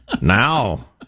Now